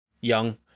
Young